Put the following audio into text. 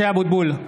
(קורא בשמות חברי הכנסת) משה אבוטבול,